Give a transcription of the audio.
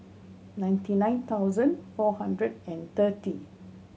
ninety nine thousand four hundred and thirty